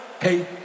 Hey